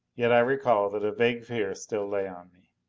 yet i recall that a vague fear still lay on me.